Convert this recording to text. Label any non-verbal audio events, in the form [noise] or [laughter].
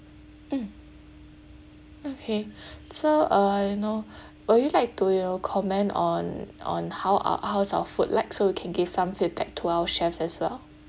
mm okay [breath] so uh you know would you like to you know comment on on how our how's our food like so we can give some feedback to our chefs as well